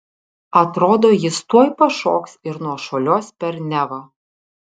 atrodo jis tuoj pašoks ir nušuoliuos per nevą